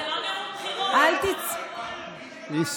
אבל זה לא נאום בחירות, עם כל הכבוד.